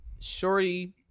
shorty